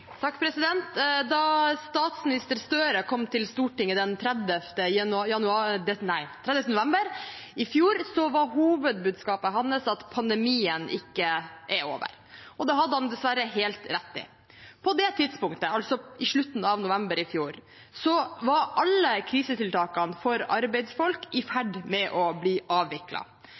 statsminister Gahr Støre kom til Stortinget den 30. november i fjor, var hovedbudskapet hans at pandemien ikke var over – og det hadde han dessverre helt rett i. På det tidspunktet, altså i slutten av november i fjor, var alle krisetiltakene for arbeidsfolk i ferd med å bli